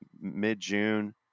mid-June